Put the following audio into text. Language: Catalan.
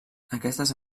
aquestes